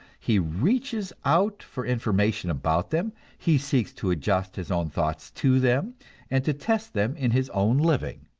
he reaches out for information about them, he seeks to adjust his own thoughts to them and to test them in his own living.